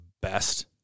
best